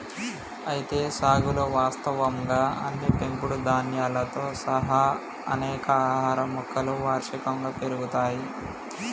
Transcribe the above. అయితే సాగులో వాస్తవంగా అన్ని పెంపుడు ధాన్యాలతో సహా అనేక ఆహార మొక్కలు వార్షికంగా పెరుగుతాయి